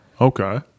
Okay